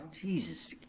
jesus,